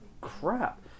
crap